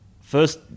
first